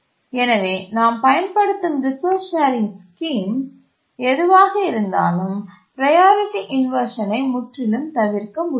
எனவே நாம் பயன்படுத்தும் ரிசோர்ஸ் ஷேரிங் ஸ்கீம் எதுவாக இருந்தாலும்ப்ரையாரிட்டி இன்வர்ஷனை முற்றிலும் தவிர்க்க முடியாது